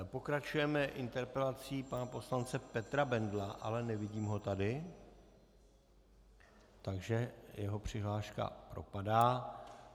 Pokračujeme interpelací pana poslance Petra Bendla, ale nevidím ho tady, takže jeho přihláška propadá.